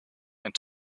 and